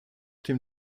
dem